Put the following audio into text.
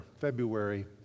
February